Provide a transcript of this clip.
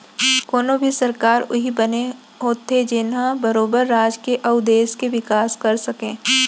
कोनो भी सरकार उही बने होथे जेनहा बरोबर राज के अउ देस के बिकास कर सकय